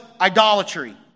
idolatry